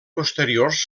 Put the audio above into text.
posteriors